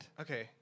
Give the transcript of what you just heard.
Okay